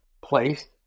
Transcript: place